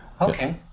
Okay